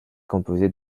composés